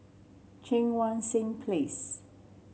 Cheang Wan Seng Place